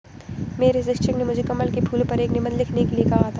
मेरे शिक्षक ने मुझे कमल के फूल पर एक निबंध लिखने के लिए कहा था